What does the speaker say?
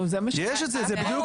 הבעיה